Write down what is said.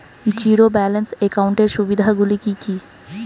Zero balance একাউন্টের সুবিধা গুলি কি কি?